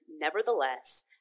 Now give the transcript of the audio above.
nevertheless